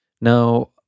Now